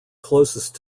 closest